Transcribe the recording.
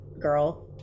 girl